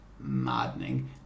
maddening